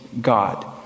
God